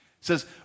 says